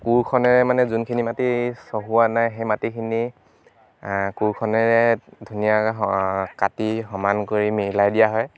কোৰখনেৰে মানে যোনখিনি মাটি চহোৱা নাই সেই মাটিখিনি কোৰখনেৰে ধুনীয়াকৈ কাটি সমান কৰি মিলাই দিয়া হয়